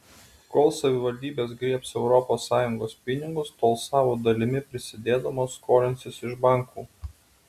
kol savivaldybės griebs europos sąjungos pinigus tol savo dalimi prisidėdamos skolinsis iš bankų